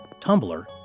Tumblr